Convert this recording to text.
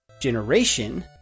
generation